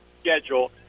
schedule